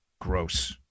Gross